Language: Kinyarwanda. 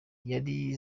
yari